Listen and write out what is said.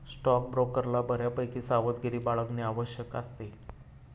स्टॉकब्रोकरला बऱ्यापैकी सावधगिरी बाळगणे आवश्यक असते